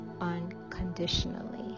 unconditionally